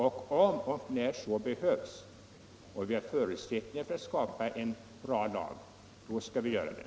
Om och när så behövs och vi har förutsättningar för att skapa en bra lag, då skall vi göra det.